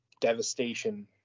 devastation